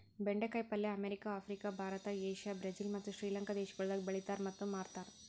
ಬೆಂಡೆ ಕಾಯಿ ಪಲ್ಯ America, Africa, Bharat, Asia, Brazil ಮತ್ತ್ ಶ್ರೀ ಲಂಕಾ ದೇಶಗೊಳ್ದಾಗ್ ಬೆಳೆತಾರ್ ಮತ್ತ್ ಮಾಡ್ತಾರ್